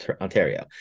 Ontario